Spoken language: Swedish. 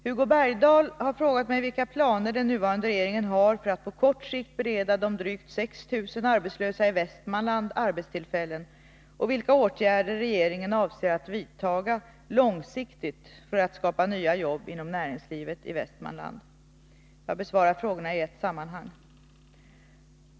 Hugo Bergdahl har frågat mig vilka planer den nuvarande regeringen har för att på kort sikt bereda de drygt 6 000 arbetslösa i Värmland arbetstillfällen och vilka åtgärder regeringen avser att vidta långsiktigt för att skapa nya jobb inom näringslivet i Västmanland. Jag besvarar frågorna i ett sammanhang.